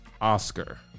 Oscar